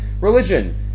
religion